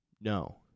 No